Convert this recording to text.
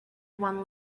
one